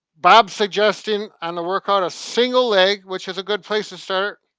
bob's suggesting on the workout a single leg, which is a good place to start.